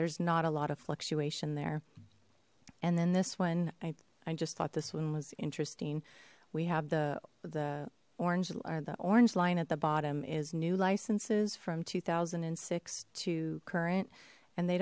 there's not a lot of fluctuation there and then this one i just thought this one was interesting we have the orange or the orange line at the bottom is new licenses from two thousand and six to current and they